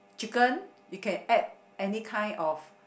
chicken you can add any kind of